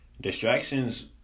distractions